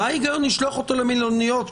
מה ההיגיון לשלוח אותו למלוניות,